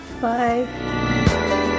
Bye